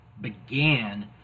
began